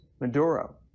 Maduro